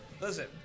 Listen